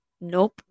nope